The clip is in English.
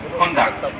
conduct